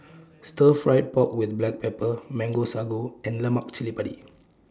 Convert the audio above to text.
Stir Fried Pork with Black Pepper Mango Sago and Lemak Cili Padi